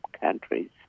countries